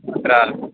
अत्र